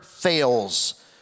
fails